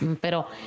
Pero